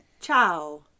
Ciao